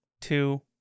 two